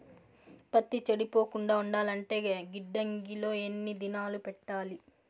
పత్తి చెడిపోకుండా ఉండాలంటే గిడ్డంగి లో ఎన్ని దినాలు పెట్టాలి?